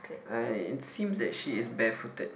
like it seems that she is barefooted